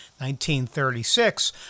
1936